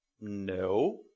No